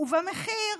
ובמחיר